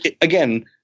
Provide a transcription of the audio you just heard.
Again